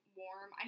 warm